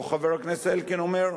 או: חבר הכנסת אלקין אומר,